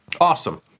Awesome